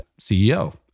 CEO